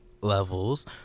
levels